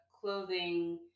clothing